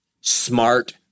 smart